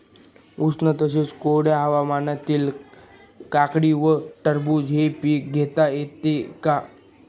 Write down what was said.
उष्ण तसेच कोरड्या हवामानात काकडी व टरबूज हे पीक घेता येते का?